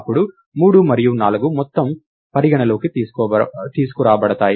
అప్పుడు 3 మరియు 4 మొత్తం పరిగణ లోకి తీసుకురాబడతాయి